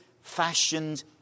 fashioned